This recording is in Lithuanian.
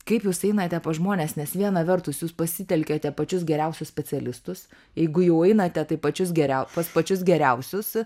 kaip jūs einate pas žmones nes viena vertus jūs pasitelkiate pačius geriausius specialistus jeigu jau einate tai pačius geriau pas pačius geriausius